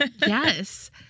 yes